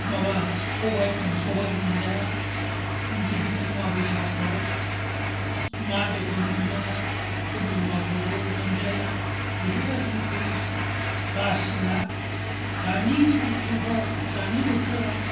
माबा सबाय मोनजाया बिदिनो अमाबस्याफोराव ना बेदर मोनजाया पुर्निमाफ्रावबो मोनजाया बेफोरबायदिखौ बासिला दानि जुगाव दानि बोथोराव